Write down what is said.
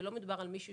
ולא מדובר על מישהו